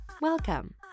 Welcome